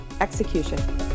execution